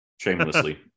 Shamelessly